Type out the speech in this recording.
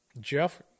Jeff